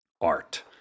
art